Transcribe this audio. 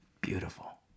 Beautiful